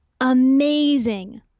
amazing